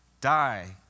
die